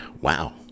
wow